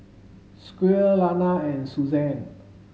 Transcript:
Squire Lana and Suzanne